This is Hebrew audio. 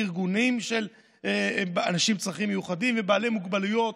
ארגונים של אנשים עם צרכים מיוחדים ובעלי מוגבלויות,